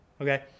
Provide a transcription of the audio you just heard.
Okay